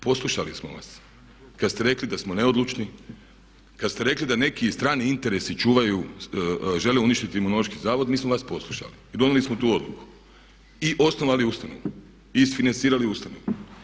Poslušali smo vas kad ste rekli da smo neodlučni, kad ste rekli da neki strani interesi žele uništiti Imunološki zavod mi smo vas poslušali i donijeli smo tu odluku i osnovali ustanovu i isfinancirali ustanovu.